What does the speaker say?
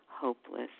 hopeless